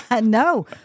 No